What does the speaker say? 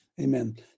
Amen